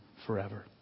forever